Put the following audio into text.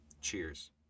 Cheers